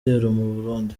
burundi